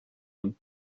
und